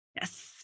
Yes